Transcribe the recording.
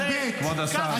קראת לראש ממשלה נבל.